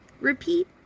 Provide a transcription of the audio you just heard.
repeat